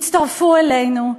הצטרפו אלינו,